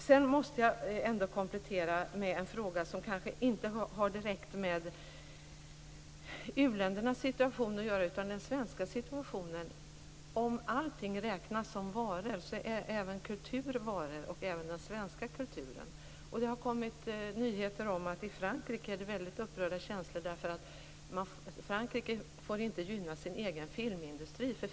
Sedan måste jag komplettera med en fråga som kanske inte har direkt med u-ländernas situation att göra, utan med den svenska situationen. Om allting räknas som varor är även kultur varor, och även svensk kultur. Det har kommit nyheter om att i Frankrike är känslorna upprörda därför att Frankrike inte får gynna sin egen filmindustri.